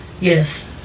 Yes